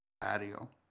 patio